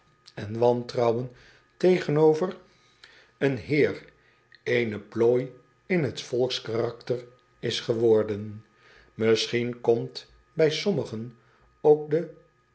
en potlood eel heer eene plooi in het volkskarakter is geworden isschien komt bij sommigen ook de